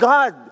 God